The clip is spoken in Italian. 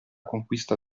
conquista